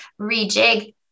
rejig